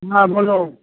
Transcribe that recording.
হ্যাঁ বলো